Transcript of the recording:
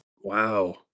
Wow